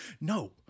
No